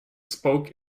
spoke